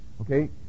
okay